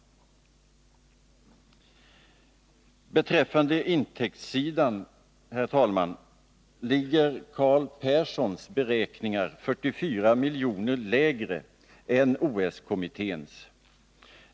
Beträffande intäktssidan, herr talman, ligger Carl Perssons beräkningar 44 milj.kr. lägre än OS-kommitténs.